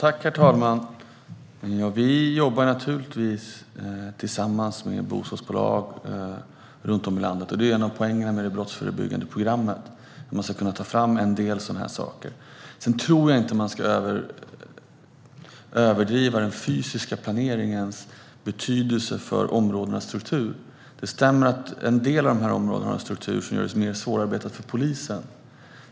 Herr talman! Vi jobbar naturligtvis tillsammans med bostadsbolag runt om i landet, och det är en av poängerna med det brottsförebyggande programmet. Man ska kunna ta fram en del sådana här saker. Sedan tycker jag inte att man ska överdriva den fysiska planeringens betydelse för områdenas struktur. Det stämmer att en del av de här områdena har en struktur som gör det mer svårarbetat för polisen.